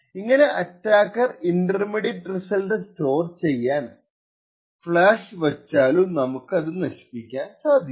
ഇങ്ങനെ attacker intermediate result store ചെയ്യാൻ flash വച്ചാലും നമുക്കതു നശിപ്പിക്കാൻ സാധിക്കും